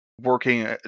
working